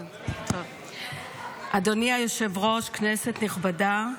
אדוני היושב-ראש, כנסת נכבדה,